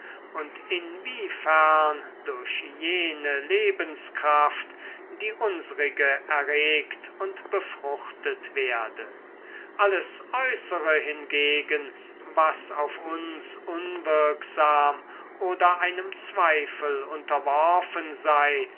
und inwiefern durch jene lebenskraft die unsrige erregt und befruchtet werde alles äußere hingegen was auf uns unwirksam oder einem zweifel unterworfen sei